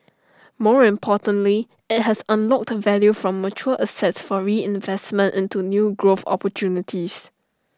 more importantly IT has unlocked value from mature assets for reinvestment into new growth opportunities